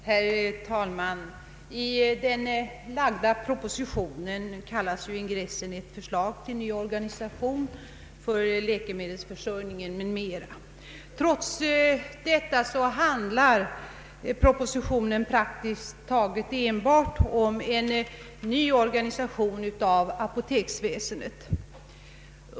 Herr talman! Den lagda propositionen kallas ju i ingressen ett förslag till ny organisation av läkemedelsförsörjningen m.m. Trots detta handlar propositionen praktiskt taget enbart om en ny organisation av apoteksväsendet.